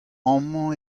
amañ